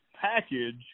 package